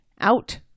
out